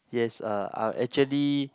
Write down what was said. yes uh I'll actually